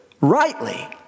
rightly